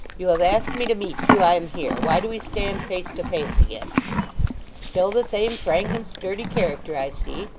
you have asked me to meet you. i am here. why do we stand face to face again still the same frank and sturdy character, i see